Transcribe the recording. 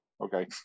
okay